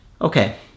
Okay